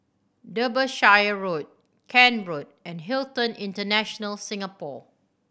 Derbyshire Road Kent Road and Hilton International Singapore